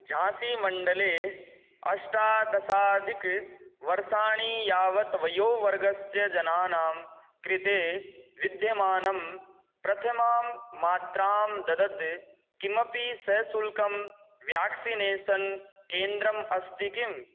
झान्सीमण्डले अष्टादशाधिकवर्षाणि यावत् वयोवर्गस्य जनानां कृते विध्यमानं प्रथमां मात्रां ददत् किमपि सशुल्कं व्याक्सिनेषन् केन्द्रम् अस्ति किम्